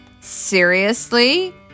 Seriously